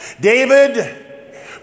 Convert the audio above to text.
David